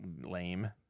lame